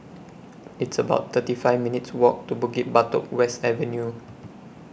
It's about thirty five minutes' Walk to Bukit Batok West Avenue